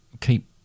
keep